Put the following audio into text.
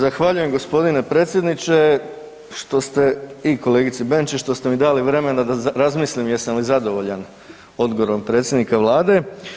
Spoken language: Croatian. Zahvaljujem g. predsjedniče što ste i kolegice Benčić što ste mi dali vremena da razmislim jesam li zadovoljan odgovorom predsjednika vlade.